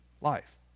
life